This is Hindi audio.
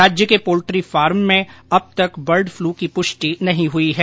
राज्य के पोल्ट्री फार्म में अब तक बर्ड फ्लू की पुष्टि नहीं हुई है